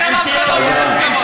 לכם אף אחד לא מוסיף כבוד.